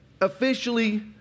officially